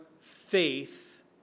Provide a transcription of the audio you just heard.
faith